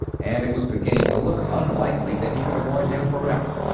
and it was beginning to look unlikely that he could avoid them forever.